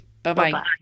Bye-bye